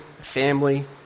family